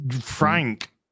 Frank